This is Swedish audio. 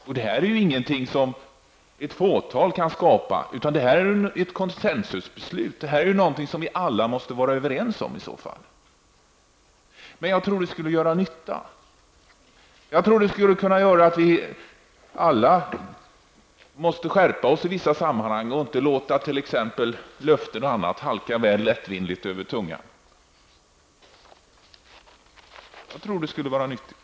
Ett fåtal kan inte skapa sådana regler, utan de kan införas endast genom ett consensusbeslut, för detta är någonting som vi alla måste vara överens om. Det vore nog nyttigt med etikregler. Vi skulle skärpa oss i vissa sammanhang och inte låta löften och annat alltför lättvindigt halka över våra läppar.